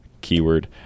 keyword